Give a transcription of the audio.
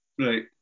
Right